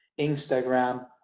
instagram